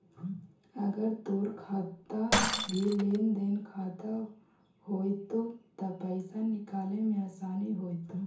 अगर तोर खाता भी लेन देन खाता होयतो त पाइसा निकाले में आसानी होयतो